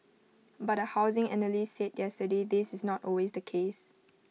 but A housing analyst said yesterday this is not always the case